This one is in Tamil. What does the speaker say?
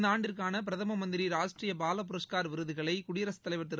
இந்தாண்டிற்கான பிரதம மந்திரி ராஷ்ட்ரீய பாலபுரஷ்கார் விருதுகளை குடியரசுத் தலைவர் திரு